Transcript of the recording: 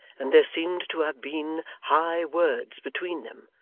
and there seemed to have been high words between them,